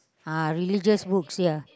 uh religious books ya